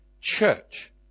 church